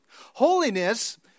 Holiness